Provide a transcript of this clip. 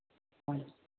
ਹਾਂਜ